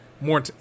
more